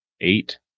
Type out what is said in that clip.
eight